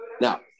now